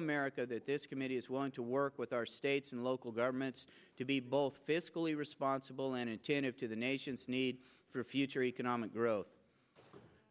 america that this committee is willing to work with our states and local governments to be both fiscally responsible and attentive to the nation's need for future economic growth